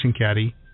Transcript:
Caddy